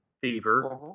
Fever